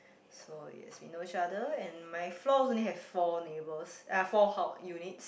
so yes we know each other and my floor only have four neighbours uh four house units